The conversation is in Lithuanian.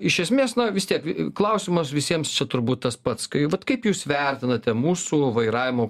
iš esmės na vis tiek klausimas visiems čia turbūt tas pats kai vat kaip jūs vertinate mūsų vairavimo